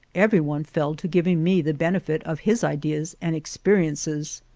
every one fell to giving me the benefit of his ideas and experiences.